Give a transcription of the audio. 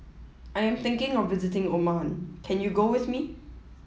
I am thinking of visiting Oman can you go with me